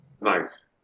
Nice